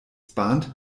bahnt